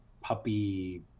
puppy